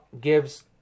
gives